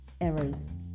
errors